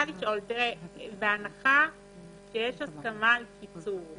בהנחה שיש הסכמה על קיצור,